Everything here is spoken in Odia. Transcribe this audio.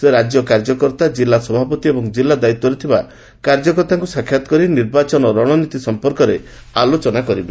ସେ ରାଜ୍ୟ କାର୍ଯ୍ୟକର୍ତ୍ତା ଜିଲ୍ଲା ସଭାପତି ଏବଂ କିଲ୍ଲା ଦାୟିତ୍ୱରେ ଥିବା କାର୍ଯ୍ୟକର୍ତ୍ତାଙ୍କୁ ସାକ୍ଷାତ୍ କରି ନିର୍ବାଚନ ରଣନୀତି ସମ୍ପର୍କରେ ଆଲୋଚନା କରିବେ